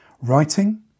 writing